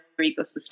ecosystem